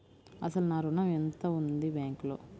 అసలు నా ఋణం ఎంతవుంది బ్యాంక్లో?